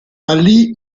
ali